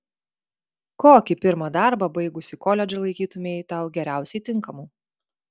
kokį pirmą darbą baigusi koledžą laikytumei tau geriausiai tinkamu